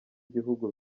igihugu